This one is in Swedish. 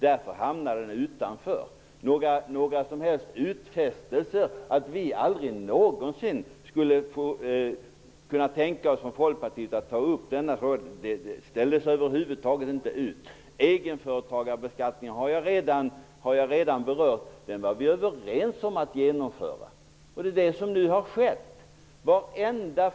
Därför hamnade den frågan utanför. Någon utfästelse om att vi i Folkpartiet aldrig någonsin skulle kunna tänka oss att ta upp denna fråga har över huvud taget inte gjorts. Egenföretagararbeskattningen har jag redan berört. Vi var överens om att genomföra den, och det är det som nu har skett.